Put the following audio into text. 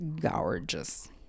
gorgeous